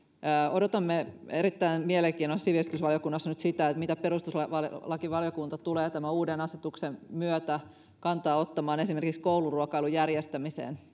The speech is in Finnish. odotamme erittäin mielenkiinnolla sivistysvaliokunnassa nyt sitä miten perustuslakivaliokunta tulee tämän uuden asetuksen myötä kantaa ottamaan esimerkiksi kouluruokailun järjestämiseen